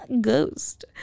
ghost